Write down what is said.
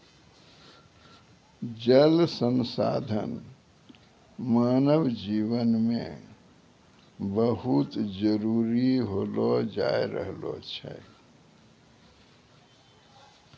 जल संसाधन मानव जिवन मे बहुत जरुरी होलो जाय रहलो छै